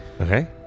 Okay